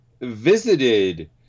Visited